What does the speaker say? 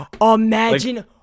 imagine